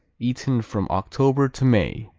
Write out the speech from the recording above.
eaten from october to may.